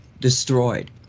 destroyed